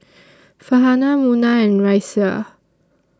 Farhanah Munah and Raisya